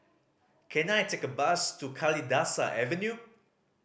can I take a bus to Kalidasa Avenue